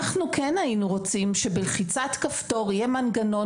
אנחנו כן היינו רוצים שבלחיצת כפתור יהיה מנגנון